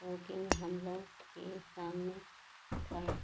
वोकिन्ग हमलों के सामने था